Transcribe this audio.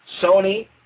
Sony